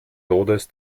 todes